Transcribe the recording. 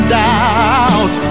doubt